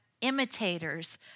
imitators